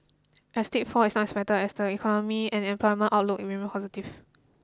a steep fall is not expected as the economy and employment outlook remain positive